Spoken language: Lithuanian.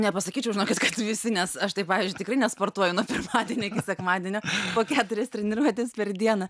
nepasakyčiau žinokit kad visi nes aš tai pavyzdžiui tikrai nesportuoju nuo pirmadienio iki sekmadienio po keturias treniruotes per dieną